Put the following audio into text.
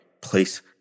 place